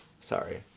Sorry